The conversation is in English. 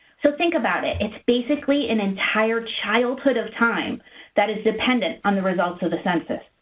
so think about it. it's basically an entire childhood of time that is dependent on the results of the census.